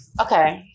okay